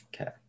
Okay